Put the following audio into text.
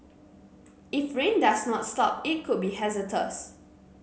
if rain does not stop it could be hazardous